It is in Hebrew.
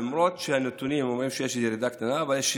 למרות שהנתונים אומרים שיש ירידה קטנה שיש